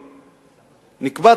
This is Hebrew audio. נקבע,